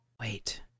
wait